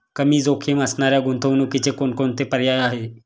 कमी जोखीम असणाऱ्या गुंतवणुकीचे कोणकोणते पर्याय आहे?